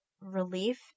relief